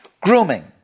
grooming